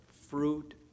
fruit